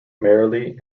merrily